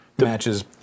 Matches